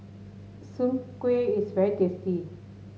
Soon Kway is very tasty